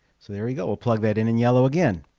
so there we go. we'll plug that and in. yeah hello again